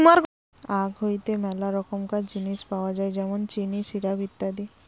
আখ হইতে মেলা রকমকার জিনিস পাওয় যায় যেমন চিনি, সিরাপ, ইত্যাদি